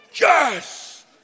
yes